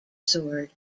sword